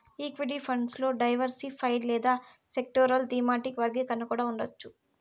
equity funds లో diversified లేదా sectoral, thematic వర్గీకరణ కూడా ఉండవచ్చు